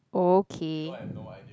okay